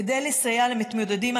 כדי לסייע למתמודדים,